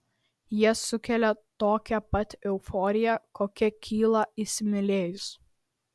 jie sukelia tokią pat euforiją kokia kyla įsimylėjus